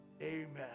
Amen